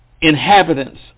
inhabitants